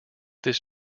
this